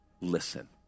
Listen